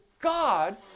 God